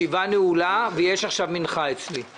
להגשת דוח מבקר המדינה בדבר חשבונות סיעות האם ורשימות